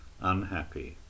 unhappy